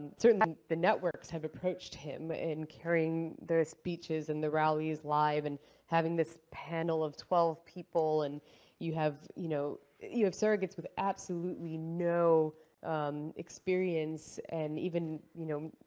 certainly um the networks, have approached him in carrying the speeches and the rallies live, and having this panel of twelve people. and you have, you know, you have surrogates with absolutely no experience, and even, you know,